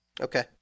Okay